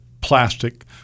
plastic